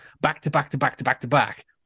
back-to-back-to-back-to-back-to-back